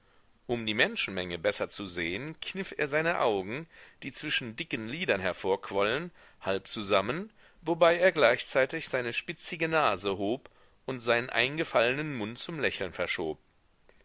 um die menschenmenge besser zu sehen kniff er seine augen die zwischen dicken lidern hervorquollen halb zusammen wobei er gleichzeitig seine spitzige nase hob und seinen eingefallenen mund zum lächeln verschob